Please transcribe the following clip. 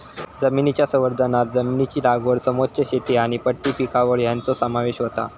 जमनीच्या संवर्धनांत जमनीची लागवड समोच्च शेती आनी पट्टी पिकावळ हांचो समावेश होता